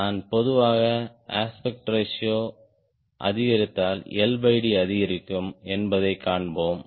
நான் பொதுவாக aspect ratio அதிகரித்தால் LD அதிகரிக்கும் என்பதைக் காண்போம்